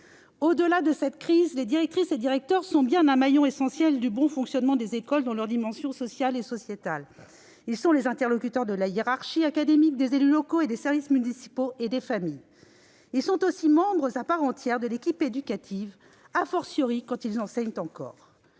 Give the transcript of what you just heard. Au-delà de cette crise, les directrices et directeurs sont bien un maillon essentiel du bon fonctionnement des écoles, dans leur dimension sociale et sociétale : ils sont les interlocuteurs de la hiérarchie académique, des élus locaux et des services municipaux, et des familles. Ils sont aussi membres à part entière de l'équipe éducative, quand ils enseignent encore.